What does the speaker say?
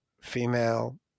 female